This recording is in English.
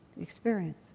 experience